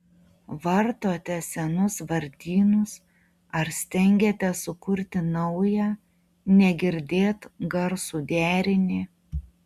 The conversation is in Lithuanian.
vartote senus vardynus ar stengiatės sukurti naują negirdėt garsų derinį